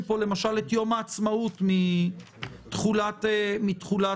פה למשל את יום העצמאות מתחולת החוק.